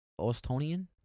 Austonian